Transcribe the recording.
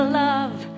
love